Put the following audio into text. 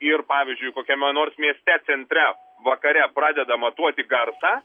ir pavyzdžiui kokiame nors mieste centre vakare pradeda matuoti garsą